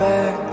Back